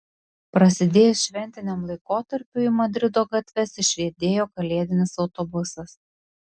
prasidėjus šventiniam laikotarpiui į madrido gatves išriedėjo kalėdinis autobusas